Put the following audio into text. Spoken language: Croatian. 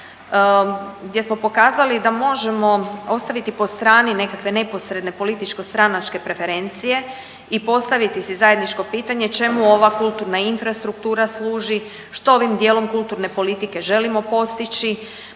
gdje smo pokazali da možemo ostaviti po strani nekakve neposredne političko stranačke preferencije i postaviti si zajedničko pitanje čemu ova kulturna infrastruktura služi, što ovim dijelom kulturne politike želimo postići,